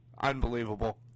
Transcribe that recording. Unbelievable